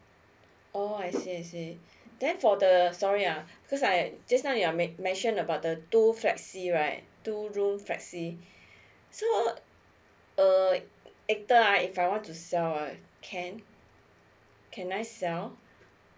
oh I see I see then for the sorry ah because I just now you men~ mention about the two flexi right two room flexi so um uh later ah if I want to sell eh can can I sell